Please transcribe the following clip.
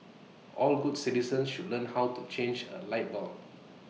all good citizens should learn how to change A light bulb